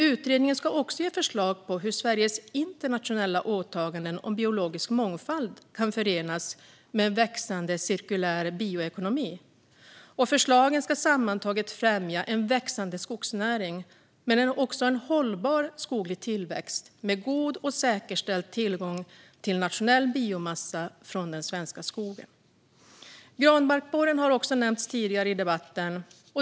Utredningen ska också ge förslag på hur Sveriges internationella åtaganden om biologisk mångfald kan förenas med en växande cirkulär bioekonomi. Förslagen ska sammantaget främja en växande skogsnäring och en hållbar skoglig tillväxt med god och säkerställd tillgång till nationell biomassa från den svenska skogen. Granbarkborren har nämnts tidigare i debatten.